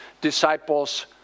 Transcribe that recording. disciples